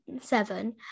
seven